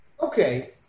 Okay